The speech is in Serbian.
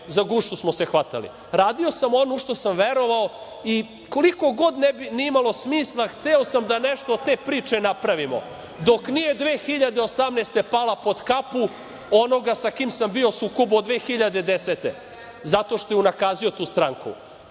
Za gušu smo se hvatali. Radio sam ono u šta sam verovao i koliko god ne imalo smisla hteo sam da nešto od te priče napravimo, dok nije 2018. godine pala pod kapu onoga sa kim sam bio u sukobu od 2010. godine, zato što je unakazio tu stranku,